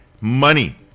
money